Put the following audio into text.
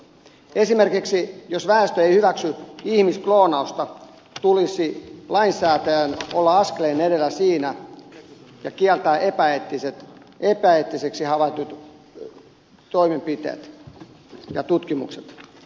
esimerkiksi jos väestö ei hyväksy ihmiskloonausta tulisi lainsäätäjän olla askeleen edellä siinä ja kieltää epäeettisiksi havaitut toimenpiteet ja tutkimukset